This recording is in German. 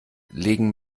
legen